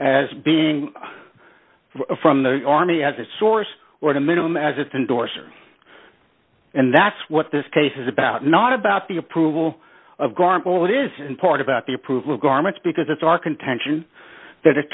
as being from the army as a source or the minimum as it endorser and that's what this case is about not about the approval of garble it is in part about the approval of garments because it's our contention that it